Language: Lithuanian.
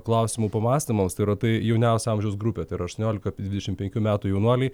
klausimų pamąstymams tai yra tai jauniausia amžiaus grupė tai yra aštuoniolika apie dvidešimt penkių metų jaunuoliai